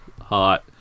hot